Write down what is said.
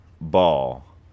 ball